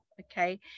okay